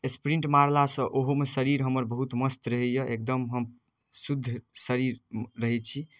sprint मारलासँ ओहोमे शरीर हमर बहुत मस्त रहैए एकदम हम शुद्ध शरीर रहै छी